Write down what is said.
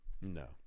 No